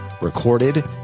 recorded